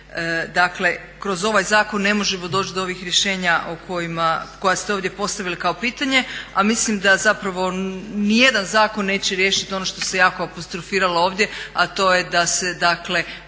Dakle, kroz ovaj zakon ne možemo doći do ovih rješenja koja ste ovdje postavili kao pitanje, a mislim da zapravo ni jedan zakon neće riješiti ono što se jako apostrofiralo ovdje, a to je da se, dakle